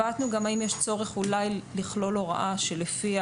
התלבטנו האם יש גם צורך לכלול הוראה שלפיה